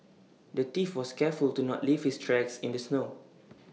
the thief was careful to not leave his tracks in the snow